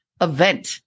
event